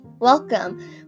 Welcome